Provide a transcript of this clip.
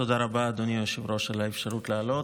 תודה רבה, אדוני היושב-ראש, על האפשרות לעלות.